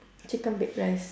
chicken bake rice